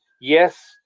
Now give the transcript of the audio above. yes